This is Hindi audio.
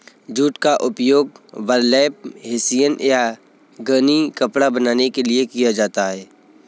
जूट का उपयोग बर्लैप हेसियन या गनी कपड़ा बनाने के लिए किया जाता है